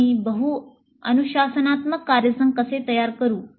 आम्ही बहु अनुशासनात्मक कार्यसंघ कसे तयार करू